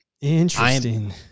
interesting